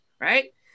Right